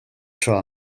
tro